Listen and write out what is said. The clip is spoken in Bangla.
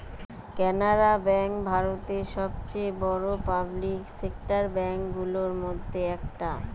কানাড়া বেঙ্ক ভারতের সবচেয়ে বড়ো পাবলিক সেক্টর ব্যাঙ্ক গুলোর মধ্যে একটা